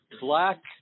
black